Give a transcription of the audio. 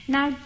Now